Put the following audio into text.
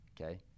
Okay